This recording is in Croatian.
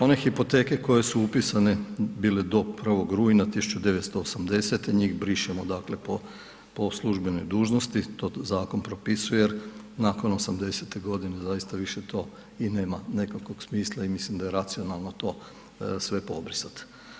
One hipoteke koje su upisane bile do 1. rujna 1980. njih brišemo, dakle po, po službenoj dužnosti to zakon propisuje jer nakon '80. godine zaista više to i nema nekakvog smisla i mislim da je racionalno to sve pobrisati.